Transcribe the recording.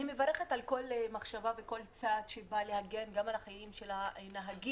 אני מברכת על כל מחשבה וכל צעד שבא להגן גם על החיים של הנהגים,